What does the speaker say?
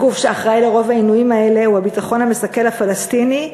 הגוף שאחראי לרוב העינויים האלה הוא הביטחון המסכל הפלסטיני,